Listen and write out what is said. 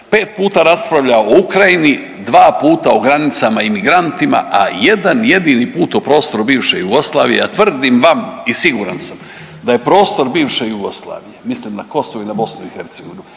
pet puta raspravljao o Ukrajini, dva puta o granicama i imigrantima, a jedan jedini put o prostoru bivše Jugoslavije a tvrdim vam i siguran sam da je prostor bivše Jugoslavije mislim na Kosovo i na BiH